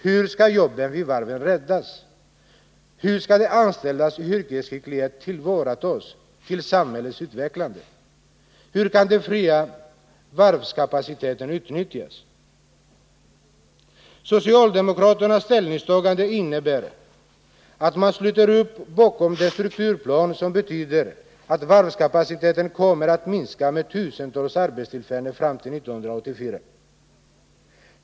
Hur skall jobben vid varven räddas? Hur skall de anställdas yrkesskicklighet tillvaratas till gagn för samhällets utveckling? Hur kan den fria varvskapaciteten utnyttjas? Socialdemokraternas ställningstagande innebär att man sluter upp bakom den strukturplan som betyder att varvskapaciteten kommer att minska med tusentals arbetstillfällen fram till 1984.